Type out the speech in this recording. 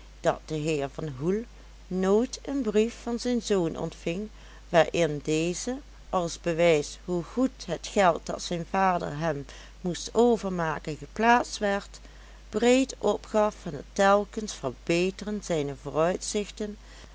dat de heer van hoel nooit een brief van zijn zoon ontving waarin deze als bewijs hoe goed het geld dat zijn vader hem moest overmaken geplaatst werd breed opgaf van het telkens verbeteren zijner vooruitzichten